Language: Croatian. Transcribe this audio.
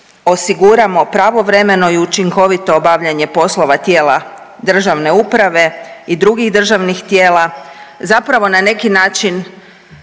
osiguramo pravovremeno i učinkovito obavljanje poslova tijela državne uprave i dugih državnih tijela zapravo na neki način